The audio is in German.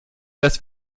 dass